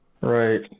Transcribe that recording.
Right